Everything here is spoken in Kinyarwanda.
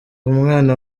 umwana